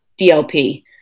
dlp